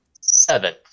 Seven